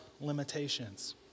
limitations